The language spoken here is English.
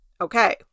Okay